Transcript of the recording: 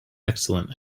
excellent